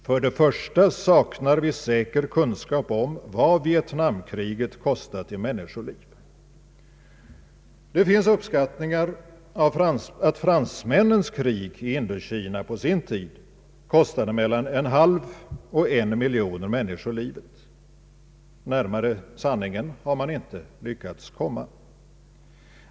För det första saknar vi säker kunskap om vad Vietnamkriget kostat i människoliv. Det finns uppskattningar att fransmännens krig i Indokina på sin tid kostade mellan en halv och en miljon människoliv. Närmare sanningen har man inte lyckats komma.